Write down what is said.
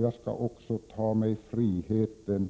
Jag vill också ta mig friheten